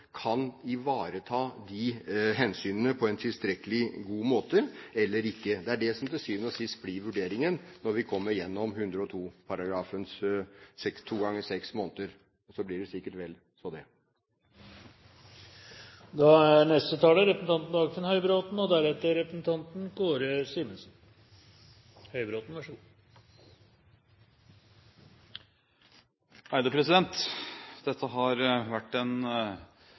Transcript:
kan ivareta disse hensynene på en tilstrekkelig god måte eller ikke. Det er det som til syvende og sist blir vurderingen når vi kommer gjennom 102-artikkelen og to ganger seks måneder – det blir sikkert vel så det. Dette har vært en langt mer edruelig debatt om EØS-avtalens reservasjonsrett enn den vi hadde i tilknytning til datalagringsdirektivet. Årsaken er åpenbar – i mellomtiden har